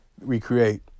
recreate